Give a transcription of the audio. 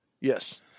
Yes